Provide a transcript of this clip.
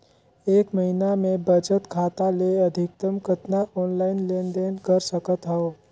एक महीना मे बचत खाता ले अधिकतम कतना ऑनलाइन लेन देन कर सकत हव?